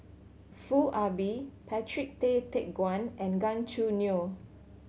Foo Ah Bee Patrick Tay Teck Guan and Gan Choo Neo